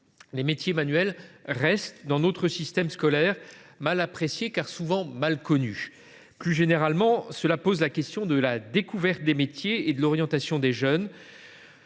les métiers manuels restent, dans notre système scolaire, mal appréciés, car souvent mal connus. Plus généralement, cette situation pose la question de la découverte des métiers et de l’orientation des jeunes.